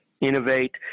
innovate